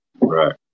Right